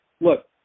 look